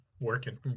working